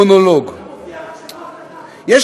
אתה מופיע רק כשנוח לך?